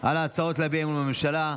על ההצעות להביע אי-אמון בממשלה.